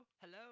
Hello